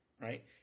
right